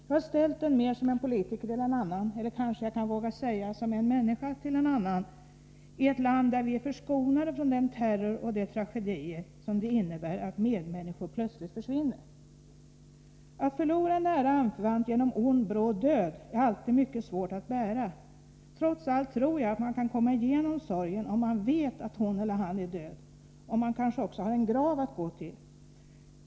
Jag har ställt den mer som från en politiker till en annan, eller kanske jag kan våga säga från en människa till en annan, i ett land där vi är förskonade från den terror och de tragedier som det innebär att medmänniskor plötsligt försvinner. Att förlora en nära anförvant genom ond bråd död är alltid något som är mycket svårt att bära. Trots allt tror jag att man kan komma igenom sorgen om man vet att hon eller han är död, om man kanske också har en grav att gå till.